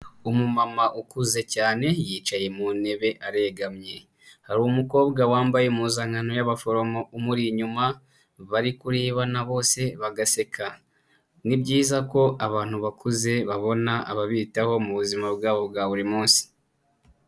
Umumama ukuze cyane yicaye mu ntebe aregamye, hari umukobwa wambaye impuzankano y'abaforomo umuri inyuma, bari kurebana bose bagaseka. Ni byiza ko abantu bakuze babona ababitaho mu buzima bwabo bwa buri munsi.